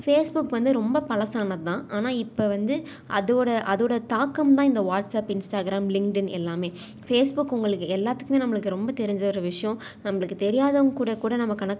Facebook வந்து ரொம்ப பழசானது தான் ஆனால் இப்போ வந்து அதோடய அதோடய தாக்கம் தான் இந்த வாட்ஸ்அப் இன்ஸ்டாகிராம் லிங்க்ட்இன் எல்லாமே ஃபேஸ்புக் உங்களுக்கு எல்லாத்துக்குமே நம்மளுக்கு ரொம்ப தெரிஞ்ச ஒரு விஷயம் நம்மளுக்கு தெரியாதவங்க கூட கூட நம்ம கனெக்ட்